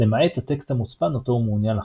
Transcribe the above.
למעט הטקסט המוצפן אותו הוא מעוניין לחשוף.